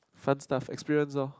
fun stuff experience lor